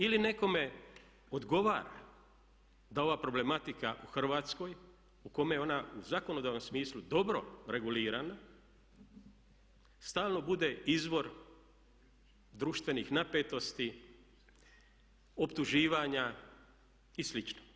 Ili nekome odgovara da ova problematika u Hrvatskoj, gdje je ona u zakonodavnom smislu dobro regulirana, stalno bude izvor društvenih napetosti, optuživanja i sličnog.